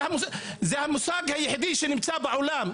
זה המוסד היחידי שנמצא בעולם,